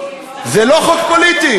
פוליטי, זה לא חוק פוליטי.